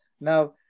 Now